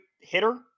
hitter